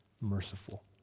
merciful